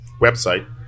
website